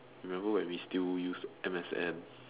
remember when we still used M_S_N